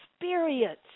experience